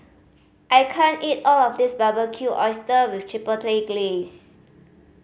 I can't eat all of this Barbecued Oyster with Chipotle Glaze